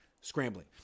scrambling